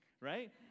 right